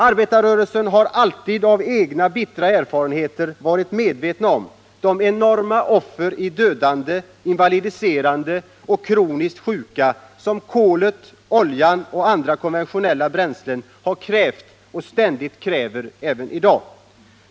Arbetarrörelsen har alltid av egna bittra erfarenheter varit medveten om de enorma offer i dödade, invalidiserade och kroniskt sjuka, som kolet, oljan och andra konventionella bränslen har krävt och ständigt kräver även i dag.